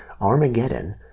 Armageddon